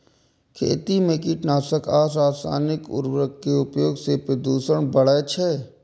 खेती मे कीटनाशक आ रासायनिक उर्वरक के उपयोग सं प्रदूषण बढ़ै छै